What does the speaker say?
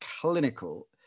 clinical